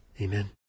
Amen